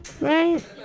right